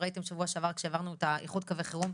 ראיתם שבוע שעבר כשהעברנו את קווי החירום,